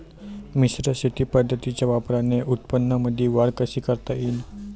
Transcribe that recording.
मिश्र शेती पद्धतीच्या वापराने उत्पन्नामंदी वाढ कशी करता येईन?